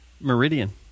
Meridian